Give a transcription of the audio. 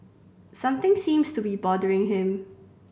something seems to be bothering him